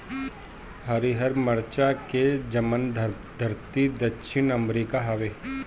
हरिहर मरचा के जनमधरती दक्षिण अमेरिका हवे